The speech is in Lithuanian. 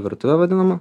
virtuvė vadinama